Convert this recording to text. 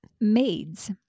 Maids